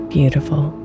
Beautiful